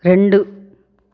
రెండు